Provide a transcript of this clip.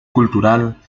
cultural